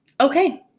Okay